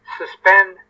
suspend